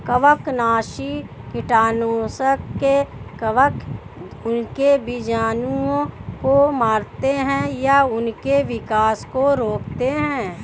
कवकनाशी कीटनाशक है कवक उनके बीजाणुओं को मारते है या उनके विकास को रोकते है